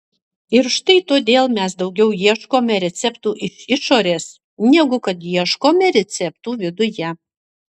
ir štai todėl mes daugiau ieškome receptų iš išorės negu kad ieškome receptų viduje